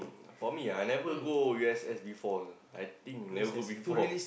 for me I never go U_S_S before you know I think never go before